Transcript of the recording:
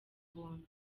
buntu